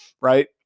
right